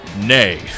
nay